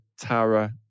Tara